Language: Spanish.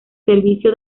servicio